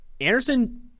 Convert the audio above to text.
Anderson